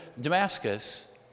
Damascus